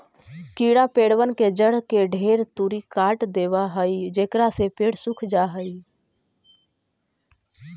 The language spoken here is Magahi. कीड़ा पेड़बन के जड़ के ढेर तुरी काट देबा हई जेकरा से पेड़ सूख जा हई